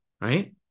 right